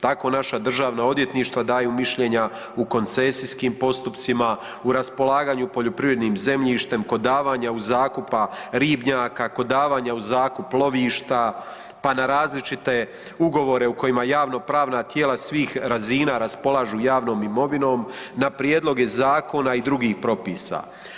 Tako naša državna odvjetništva daju mišljenja u koncesijskim postupcima, u raspolaganju poljoprivrednim zemljištem kod davanja u zakup ribnjaka, kod davanja u zakup lovišta, pa na različite ugovore na koje javno-pravna tijela svih razina raspolažu javnom imovinom, na prijedloge zakona i drugih propisa.